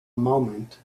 moment